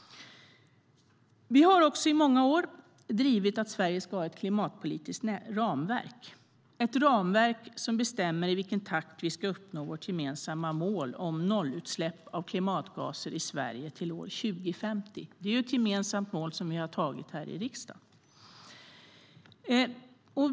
Vi har också i många år drivit att Sverige ska ha ett klimatpolitiskt ramverk - ett ramverk som bestämmer i vilken takt vi ska uppnå vårt gemensamma mål om nollutsläpp av klimatgaser i Sverige till år 2050. Det är ett gemensamt mål som vi har tagit här i riksdagen.